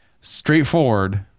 straightforward